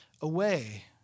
away